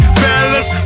fellas